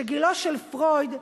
שגילו של פרויד,